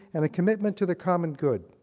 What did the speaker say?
and a commitment to the common good.